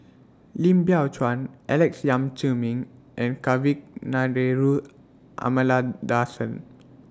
Lim Biow Chuan Alex Yam Ziming and Kavignareru Amallathasan